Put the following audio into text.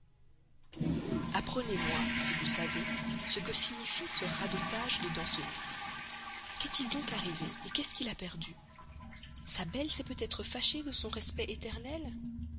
apprenez-moi si vous le savez ce que signifie ce radotage de danceny qu'est-il donc arrivé qu'est-ce qu'il a perdu sa belle s'est peut-être fâchée de son respect éternel